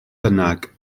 bynnag